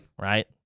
Right